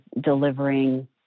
delivering